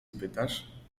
pytasz